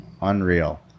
Unreal